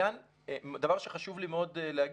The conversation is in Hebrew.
דבר שחשוב לי מאוד להגיד,